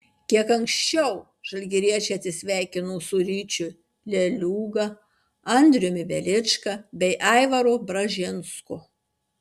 kiek anksčiau žalgiriečiai atsisveikino su ryčiu leliūga andriumi velička bei aivaru bražinsku